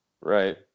Right